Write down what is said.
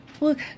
look